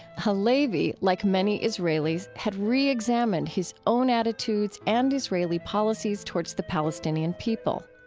halevi, like many israelis, had re-examined his own attitudes and israeli policies towards the palestinian people.